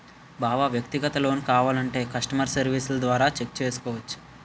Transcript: బావా వ్యక్తిగత లోన్ కావాలంటే కష్టమర్ సెర్వీస్ల ద్వారా చెక్ చేసుకోవచ్చు